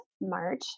March